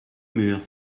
mur